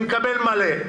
מקבל מלא.